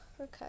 Okay